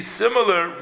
similar